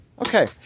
okay